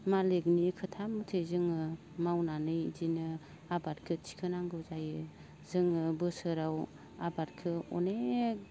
मालिखनि खोथा मथै जोङो मावनानै इदिनो आबादखो थिखोनांगौ जायो जोङो बोसोराव आबादखो अनेख